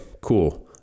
cool